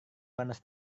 panas